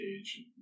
age